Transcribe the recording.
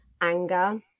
anger